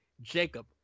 Jacob